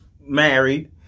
married